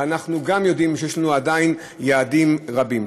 ואנחנו גם יודעים שעדיין יש לנו יעדים רבים.